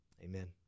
Amen